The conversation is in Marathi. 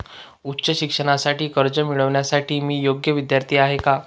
उच्च शिक्षणासाठी कर्ज मिळविण्यासाठी मी योग्य विद्यार्थी आहे का?